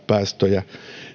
päästöjä